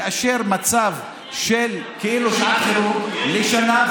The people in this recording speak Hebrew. לאשר מצב של כאילו שעת חירום לשנה,